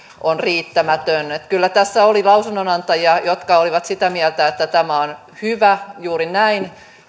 on riittämätön kyllä tässä oli lausunnonantajia jotka olivat sitä mieltä että tämä on hyvä juuri näin